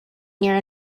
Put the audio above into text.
near